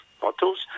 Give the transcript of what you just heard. bottles